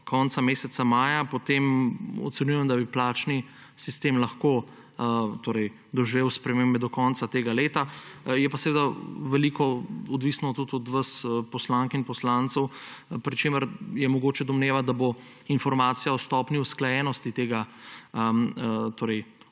konca meseca maja, potem ocenjujem, da bi plačni sistem lahko doživel spremembe do konca tega leta. Je pa seveda veliko odvisno tudi od vas, poslank in poslancev, pri čemer je mogoče domnevati, da bo informacija o stopnji usklajenosti predloga